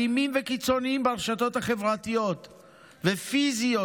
אלימים וקיצוניים ברשתות החברתיות והפיזיות,